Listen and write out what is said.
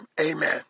amen